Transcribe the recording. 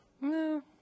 No